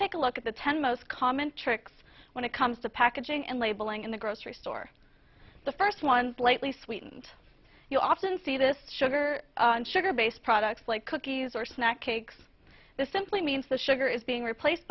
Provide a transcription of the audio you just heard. take a look at the ten most common tricks when it comes to packaging and labeling in the grocery store the first one slightly sweetened you often see this sugar and sugar based products like cookies or snack cakes this simply means that sugar is being replaced